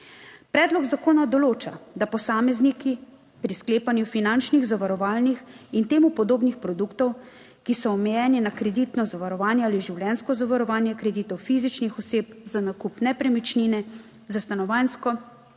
Predlog zakona določa, da posamezniki pri sklepanju finančnih, zavarovalnih in temu podobnih produktov, ki so omejeni na kreditno zavarovanje ali življenjsko zavarovanje kreditov fizičnih oseb za nakup nepremičnine za stanovanjsko